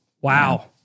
Wow